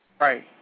Right